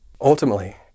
Ultimately